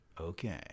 Okay